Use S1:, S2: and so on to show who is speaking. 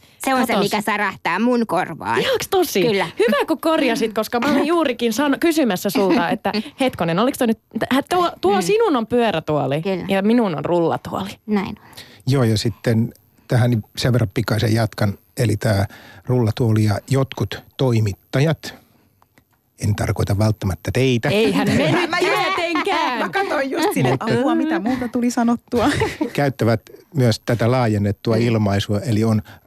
S1: Se on se,
S2: Katos.
S1: mikä särähtää mun korvaan.
S2: Ihaks tosi.
S1: Kyllä.
S2: Hyvä, kun korjasit, koska mä olin juurikin san- kysymässä sulta, että hetkonen, oliks toi nyt- tuo- tuo
S1: Mm.
S2: sinun on pyörätuoli
S1: Kyllä.
S2: ja minun on rullatuoli.
S1: Näin on.
S3: Joo, ja sitten tähän sen verran pikaisen jatkan. Eli tää rullatuoli ja jotkut toimittajat, en tarkoita välttämättä teitä.
S2: Eihän me nyt tietenkään.
S4: Mä katsoin just sinne, että
S3: Mutta-
S4: apua, mitä multa tuli sanottua.
S3: Käyttävät myös tätä laajennettua
S2: Mm.
S3: ilmaisua, eli on